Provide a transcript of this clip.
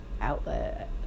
outlet